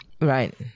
right